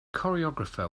choreographer